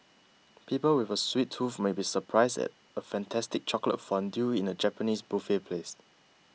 people with a sweet tooth may be surprised at a fantastic chocolate fondue in a Japanese buffet place